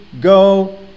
go